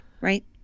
right